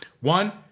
One